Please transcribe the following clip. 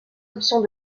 options